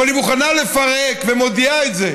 אבל היא מוכנה לפרק ומודיעה את זה,